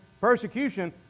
Persecution